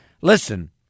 Listen